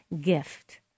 gift